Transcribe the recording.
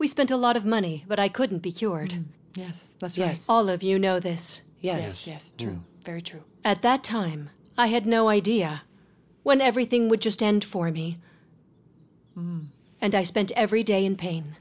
we spent a lot of money but i couldn't be cured yes yes yes all of you know this yes yes drew very true at that time i had no idea when everything would just end for me and i spent every day in pain